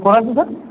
कोणाचे सर